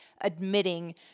admitting